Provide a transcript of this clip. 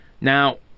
Now